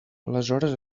aleshores